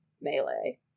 melee